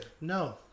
No